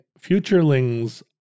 futurelings